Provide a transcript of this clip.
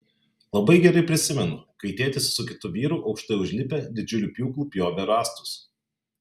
labai gerai prisimenu kai tėtis su kitu vyru aukštai užlipę didžiuliu pjūklu pjovė rąstus